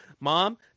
mom